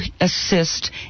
assist